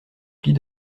plis